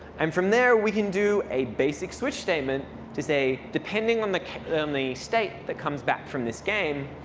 um from there we can do a basic switch statement to say, depending on the um the state that comes back from this game,